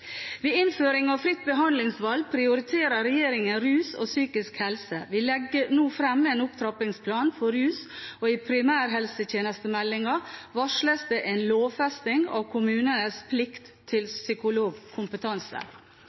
Ved innføring av fritt behandlingsvalg prioriterer regjeringen rus og psykisk helse. Vi legger nå fram en opptrappingsplan for rus, og i primærhelsetjenestemeldingen varsles det en lovfesting av kommunenes plikt til psykologkompetanse.